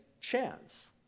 chance